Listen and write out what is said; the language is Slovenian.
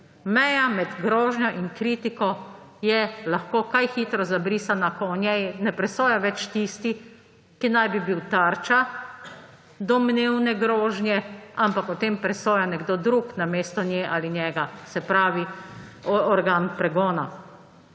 Meja med grožnjo in kritiko je lahko kaj hitro zabrisana, pa o njej ne presoja več tisti, ki naj bi bil tarča domnevne grožnje, ampak o tem presoja nekdo drug namesto nje ali njega, se pravi organ pregona.